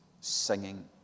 singing